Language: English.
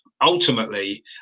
ultimately